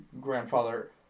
grandfather